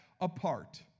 apart